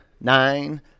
nine